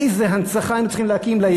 איזו הנצחה היינו צריכים להקים ליסוד,